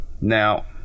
now